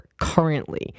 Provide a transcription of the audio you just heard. currently